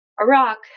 Iraq